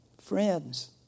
Friends